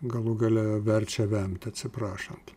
galų gale verčia vemti atsiprašant